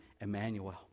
Emmanuel